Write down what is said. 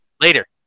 Later